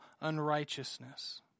unrighteousness